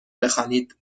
بخوانید